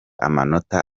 amanota